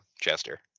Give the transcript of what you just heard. Chester